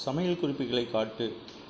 சமையல் குறிப்புகளைக் காட்டு